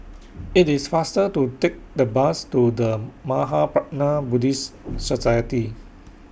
IT IS faster to Take The Bus to The Mahaprajna Buddhist Society